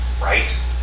right